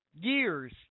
years